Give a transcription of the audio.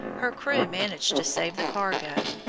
her crew managed to save the cargo,